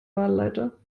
wahlleiter